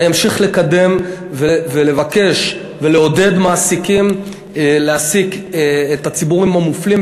אני אמשיך לקדם ולבקש ולעודד מעסיקים להעסיק את הציבורים המופלים,